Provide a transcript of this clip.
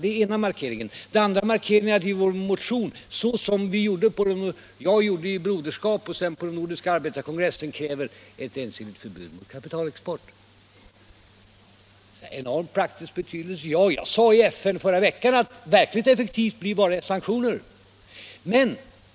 Den andra är att vi i en motion — jag talade om det inför Broderskapsrörelsen och på den Nordiska arbetarkongressen — kräver ett entydigt förbud mot kapitalexporten. Det har en enorm praktisk betydelse. I FN förra veckan sade jag att verkligt effektiva blir bara sanktioner.